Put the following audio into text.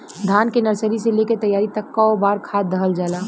धान के नर्सरी से लेके तैयारी तक कौ बार खाद दहल जाला?